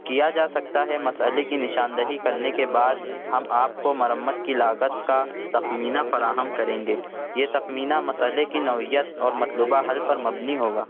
کیا جا سکتا ہے مسئلے کی نشاندہی کرنے کے بعد ہم آپ کو مرمت کی لاگت کا تخمینہ فراہم کریں گے یہ تخمینہ مسئلے کی نوعیت اور مطلوبہ حل پر مبنی ہوگا